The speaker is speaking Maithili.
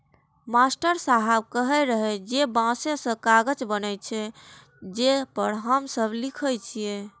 मास्टर साहेब कहै रहै जे बांसे सं कागज बनै छै, जे पर हम सब लिखै छियै